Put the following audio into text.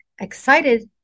excited